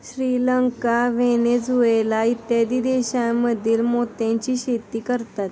Sri Lanka, Venezuela इत्यादी देशांमध्येही मोत्याची शेती करतात